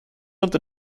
unter